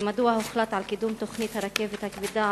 ומדוע הוחלט על קידום תוכנית הרכבת הכבדה,